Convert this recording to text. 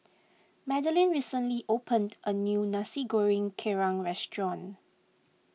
Madilyn recently opened a new Nasi Goreng Kerang restaurant